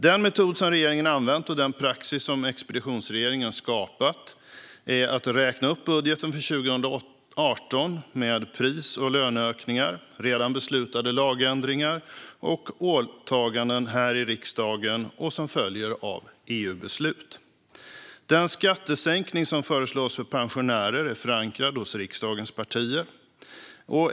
Den metod som regeringen har använt och den praxis som expeditionsregeringen har skapat är att räkna upp budgeten för 2018 med pris och löneökningar, redan beslutade lagändringar, åtaganden här i riksdagen och åtaganden som följer av EU-beslut. Den skattesänkning som föreslås för pensionärer är förankrad hos riksdagens partier.